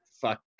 fuck